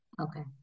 Okay